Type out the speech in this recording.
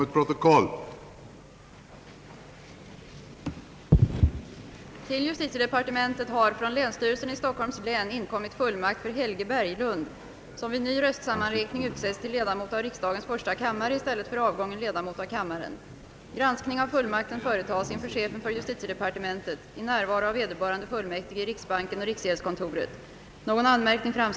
Detta protokoll och den granskade fullmakten skall överlämnas till första kammaren.